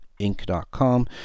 Inc.com